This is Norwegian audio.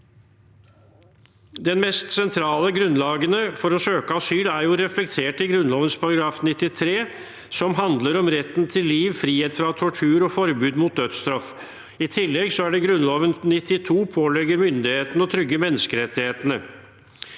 Det mest sentrale grunnlaget for å søke asyl er jo reflektert i Grunnloven § 93, som handler om retten til liv, frihet fra tortur og forbud mot dødsstraff. I tillegg er det Grunnloven § 92, som pålegger myndighetene å trygge menneskerettighetene.